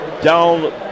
down